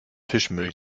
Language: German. fischmehl